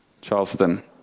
Charleston